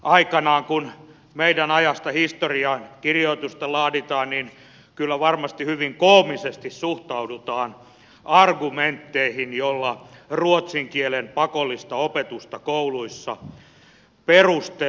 aikanaan kun meidän ajastamme historiankirjoitusta laaditaan kyllä varmasti hyvin koomisesti suhtaudutaan argumentteihin joilla ruotsin kielen pakollista opetusta kouluissa perustellaan